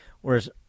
whereas